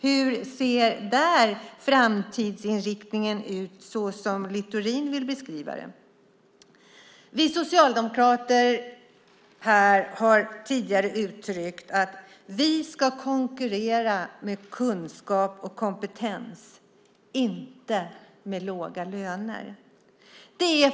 Hur ser framtidsinriktningen där ut som Littorin vill beskriva den? Vi socialdemokrater här har tidigare uttryckt att vi ska konkurrera med kunskap och kompetens, inte med låga löner.